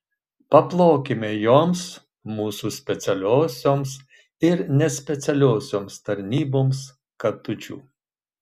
paplokime joms mūsų specialiosioms ir nespecialiosioms tarnyboms katučių